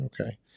Okay